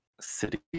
city